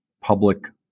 public